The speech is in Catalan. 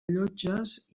llotges